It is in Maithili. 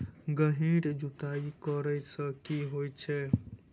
गहिर जुताई करैय सँ की होइ छै?